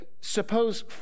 Suppose